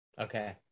Okay